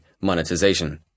monetization